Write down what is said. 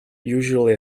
usually